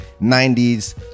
90s